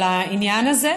על העניין הזה,